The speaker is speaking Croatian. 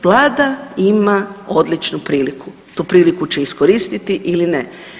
Vlada ima odličnu priliku, tu priliku će iskoristiti ili ne.